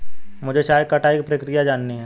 मुझे चाय की कटाई की प्रक्रिया जाननी है